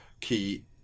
key